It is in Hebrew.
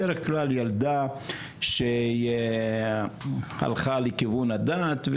בדרך כלל ילדה שהלכה לכיוון הדת,